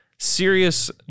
serious